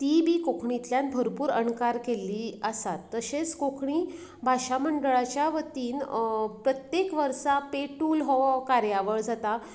ती बी कोंकणींतल्यान भरपूर अणकार केल्लीं आसात तशेंच कोंकणी भाशा मंडळाच्या वतीन प्रत्येक वर्सा पेटूल हो कार्यावळ जाता